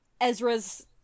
Ezra's